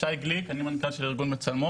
שי גליק, אני מנכ"ל של ארגון בצלמו.